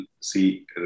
see